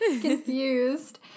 confused